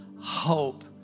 hope